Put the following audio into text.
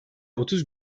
otuz